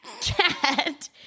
cat